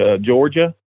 Georgia